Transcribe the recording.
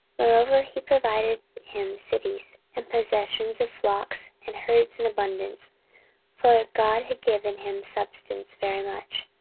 moreover he provided him cities, and possessions of flocks and herds in abundance for god had given him substance very much.